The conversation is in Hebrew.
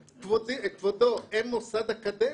כבודו, הם מוסד אקדמי.